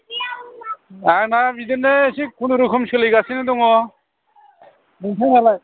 आंना बिदिनो एसे खुनुरुखुम सोलिगासिनो दङ नोंथांनालाय